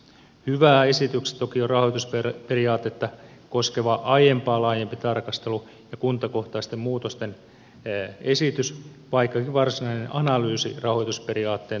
hyvää esityksessä toki on rahoitusperiaatetta koskeva aiempaa laajempi tarkastelu ja kuntakohtaisten muutosten esitys vaikkakin varsinainen analyysi rahoitusperiaatteen toteutumisesta puuttuu